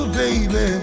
baby